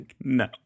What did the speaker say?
No